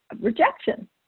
rejection